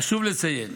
חשוב לציין